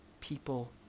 people